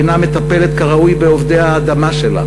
אינה מטפלת כראוי בעובדי האדמה שלה.